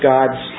God's